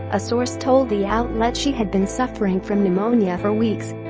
a source told the outlet she had been suffering from pneumonia for weeks